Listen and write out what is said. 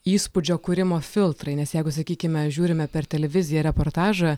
įspūdžio kūrimo filtrai nes jeigu sakykime žiūrime per televiziją reportažą